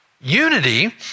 Unity